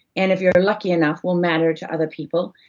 and if you're lucky enough, will matter to other people.